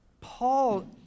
Paul